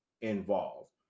involved